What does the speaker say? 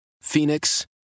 Phoenix